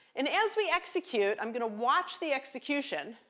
and as we execute, i'm going to watch the execution,